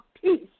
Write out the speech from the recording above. peace